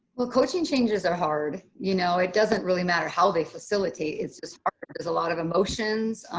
well, coaching changes are hard, you know. it doesn't really matter how they facilitate, it's just hard. there's a lot of emotions.